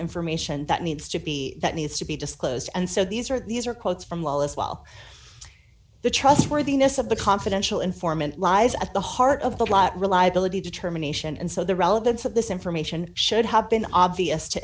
information that needs to be that needs to be disclosed and so these are these are quotes from well as well the trustworthiness of the confidential informant lies at the heart of the plot reliability determination and so the relevance of this information should have been obvious to